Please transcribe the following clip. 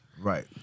Right